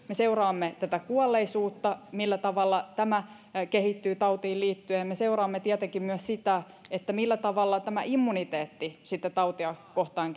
me seuraamme kuolleisuutta millä tavalla tämä kehittyy tautiin liittyen ja me seuraamme tietenkin myös sitä millä tavalla immuniteetti sitten tautia kohtaan